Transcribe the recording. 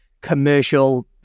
commercial